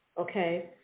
okay